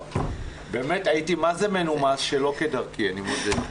הייתי מה זה מנומס, שלא כדרכי, אני מודה.